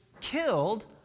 killed